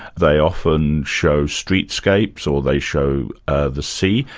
they often show streetscapes or they show ah the sea.